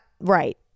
Right